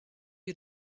you